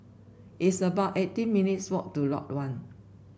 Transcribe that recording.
it's about eighteen minutes' walk to Lot One